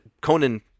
Conan